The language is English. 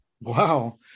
Wow